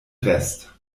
rest